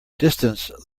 distance